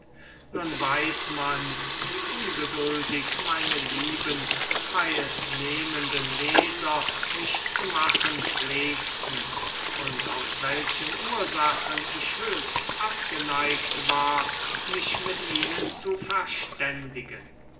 nun weiß man wie ungeduldig meine lieben teilnehmenden leser mich zu machen pflegten und aus welchen ursachen ich höchst abgeneigt war mich mit ihnen zu verständigen